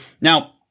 now